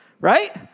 Right